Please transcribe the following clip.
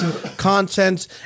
content